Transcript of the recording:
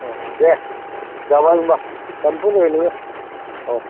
अ दे जाबाय होमबा लांफैबानो जाबाय नों अ